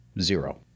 zero